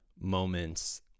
moments